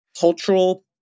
Cultural